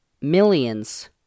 millions